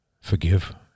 forgive